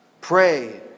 Pray